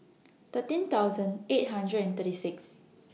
thirteen thousand eight hundred and thirty six